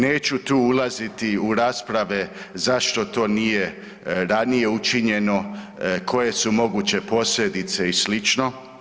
Neću tu ulaziti u rasprave zašto to nije ranije učinjeno, koje su moguće posljedice i slično.